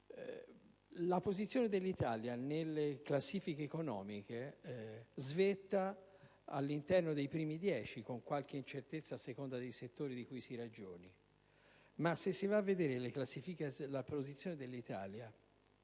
La posizione dell'Italia nelle classifiche economiche svetta all'interno dei primi dieci, con qualche incertezza a seconda dei settori di cui si ragioni. Ma se se si va a vedere la posizione dell'Italia